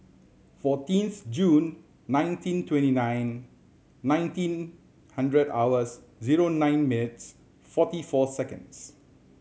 fourteenth Jun nineteen twenty nine nineteen hundred hours zero nine mates forty four seconds